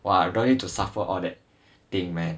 !wah! I don't want you to suffer all that thing man